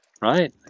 right